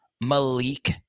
Malik